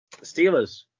Steelers